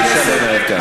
אי-אפשר לנהל כאן.